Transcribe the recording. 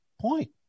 point